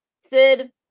Sid